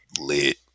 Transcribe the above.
lit